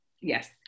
Yes